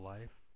Life